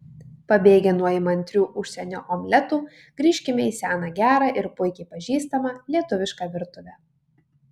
pabėgę nuo įmantrių užsienio omletų grįžkime į seną gerą ir puikiai pažįstamą lietuvišką virtuvę